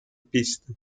pista